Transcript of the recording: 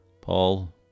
Paul